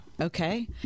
Okay